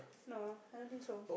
no I don't think so